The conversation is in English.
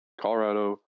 Colorado